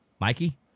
Mikey